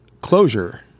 closure